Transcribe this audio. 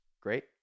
great